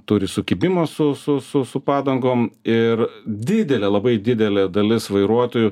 turi sukibimo su su su su padangom ir didelė labai didelė dalis vairuotojų